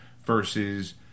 versus